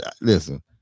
listen